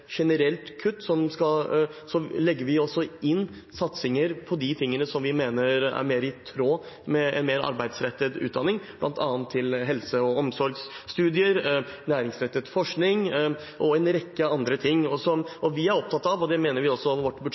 generelt kutt, legger vi også inn satsinger på de tingene vi mener er mer i tråd med en mer arbeidsrettet utdanning, bl.a. til helse- og omsorgsstudier, næringsrettet forskning og en rekke andre ting. Vi er opptatt av – og det mener vi også vårt